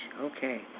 Okay